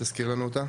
תזכיר לנו אותה.